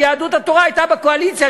כשיהדות התורה הייתה בקואליציה,